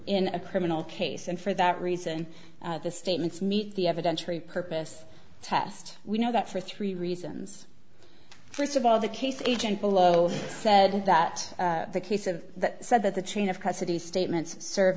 in a criminal case and for that reason the statements meet the evidentiary purpose test we know that for three reasons first of all the case agent below said that the case of that said that the chain of custody statements serve